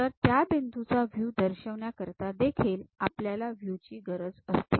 तर त्या बिंदूचा व्हयू दर्शविण्याकरिता देखील आपल्याला या व्हयूज ची गरज असते